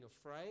afraid